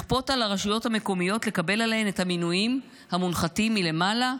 לכפות על הרשויות המקומיות לקבל עליהן את המינויים המונחתים מלמעלה,